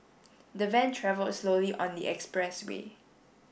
the van travelled slowly on the expressway